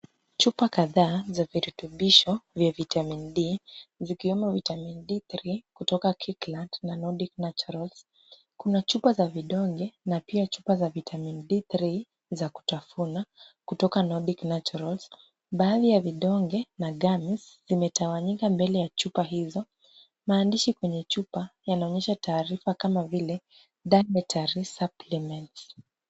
Chupa kadhaa za virutubisho vya vitamini D zikiwemo vitamini D3 kutoka Kirkland na Nordic Naturals. Kuna chupa za vidonge na pia chupa za vitamini D3 za kutafuna, kutoka Nordic Naturals, baadhi ya vidonge na gummies zimetawanyika mbele ya chupa hizo. Maandishi kwenye chupa yanaonyesha taarifa kama vile Dietary Supplements .